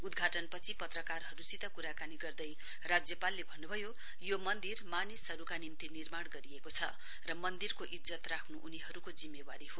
उद्घाटन पछि पत्रकारहरुसित कुराकानी गर्दै राज्यपालले भन्नुभयो यो मन्दिर मानिसहरुका निम्ति निर्माण गरिएको छ र मन्दिरको इज्जत राख्नु उनीहरुको जिम्मेवारी हो